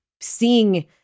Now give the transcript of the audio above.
seeing